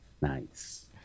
Nice